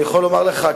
אני יכול לומר לך,